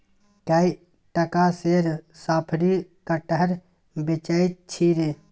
कए टका सेर साफरी कटहर बेचय छी रे